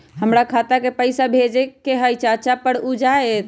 हमरा खाता के पईसा भेजेए के हई चाचा पर ऊ जाएत?